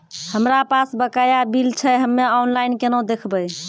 हमरा पास बकाया बिल छै हम्मे ऑनलाइन केना देखबै?